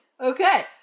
okay